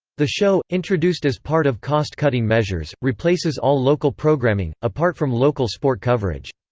the show, introduced as part of cost-cutting measures, replaces all local programming, apart from local sport coverage.